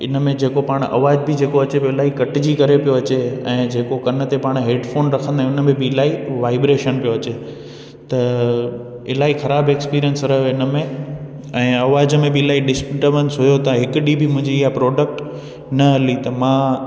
इन में जेको पाणि आवाज़ बि जेको अचे पियो इलाही घटिजी करे पियो अचे ऐं जेको कन ते पाण हैडफ़ोन रखंदा आहियूं हुन में बि इलाही वाइब्रेशन पियो अचे त इलाही ख़राबु एक्सपीरियंस रहियो हिन में ऐं आवाज़ में बि इलाही डिस्टबंस हुओ तव्हां हिकु ॾींहुं बि मुंहिंजी इहा प्रोडक्ट न हली त मां